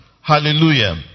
Hallelujah